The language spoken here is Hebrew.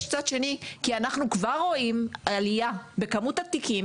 יש צד שני כי אנחנו כבר רואים עלייה במספר התיקים